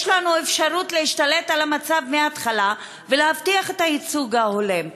יש לנו אפשרות להשתלט על המצב מהתחלה ולהבטיח את הייצוג ההולם.